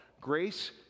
Grace